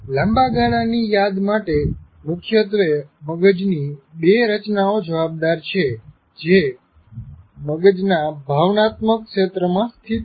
લાંબા ગાળાની યાદ માટે મુખ્યત્વે મગજની બે રચનાઓ જવાબદાર છે જે મગજના ભાવનાત્મક ક્ષેત્રમાં સ્થીત છે